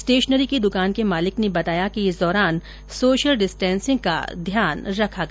stationery की दुकान के मालिक ने बताया कि इस दौरान सोशल डिस्टेंसिंग का ध्यान रखा गया